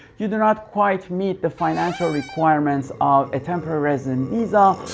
you do not quite meet the financial requirements of a temporary resident visa,